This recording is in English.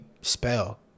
spell